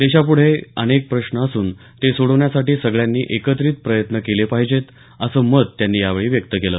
देशापुढे अनेक प्रश्न असून ते सोडवण्यासाठी सगळ्यांनी एकत्रित प्रयत्न केले पाहिजेत असं मत त्यांनी यावेळी व्यक्त केलं